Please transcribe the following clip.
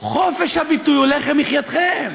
חופש הביטוי הוא לחם למחייתכם.